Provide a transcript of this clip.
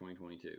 2022